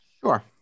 Sure